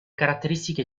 caratteristiche